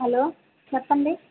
hello చెప్పండి